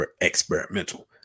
experimental